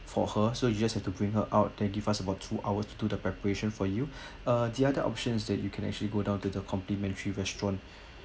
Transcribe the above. for her so you just have to bring her out and give us about two hours to do the preparation for you uh the other option is that you can actually go down to the complimentary restaurant